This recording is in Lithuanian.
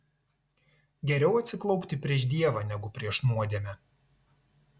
geriau atsiklaupti prieš dievą negu prieš nuodėmę